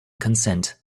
consent